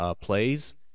plays